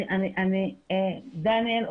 דניאל,